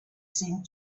seemed